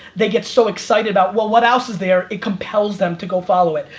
they get so excited about well what else is there? it compels them to go follow it.